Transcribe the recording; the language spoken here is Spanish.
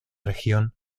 región